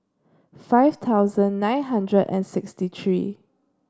five thousand nine hundred and sixty three